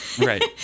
Right